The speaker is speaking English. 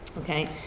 Okay